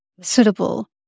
suitable